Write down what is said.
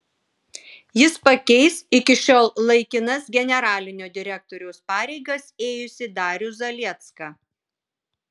jis pakeis iki šiol laikinas generalinio direktoriaus pareigas ėjusį darių zaliecką